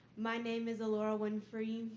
my name is laura winfrey.